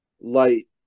light